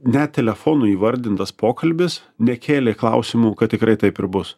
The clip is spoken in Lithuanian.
net telefonu įvardintas pokalbis nekėlė klausimų kad tikrai taip ir bus